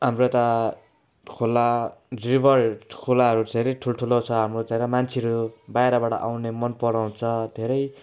हाम्रो त खोला रिभरहरू खोलाहरू धेरै ठुल्ठुलो छ हाम्रो तर मान्छेहरू बाहिरबाट आउन मनपराउँछ धेरै